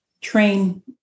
train